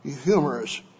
humorous